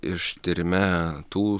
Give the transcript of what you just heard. iš tyrime tų